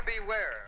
beware